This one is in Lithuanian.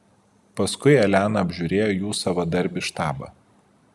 paskui elena apžiūrėjo jų savadarbį štabą